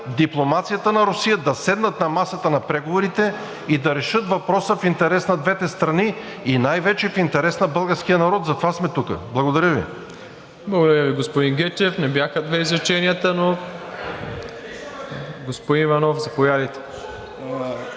дипломацията на Русия да седнат на масата на преговорите и да решат въпроса в интерес на двете страни, и най-вече в интерес на българския народ. Затова сме тук. Благодаря Ви. ПРЕДСЕДАТЕЛ МИРОСЛАВ ИВАНОВ: Благодаря Ви, господин Гечев. Не бяха две изреченията, но. Господин Иванов, заповядайте.